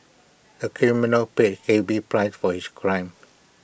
the criminal paid heavy price for his crime